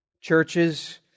churches